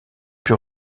put